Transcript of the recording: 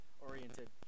oriented